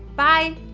bye!